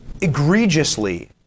egregiously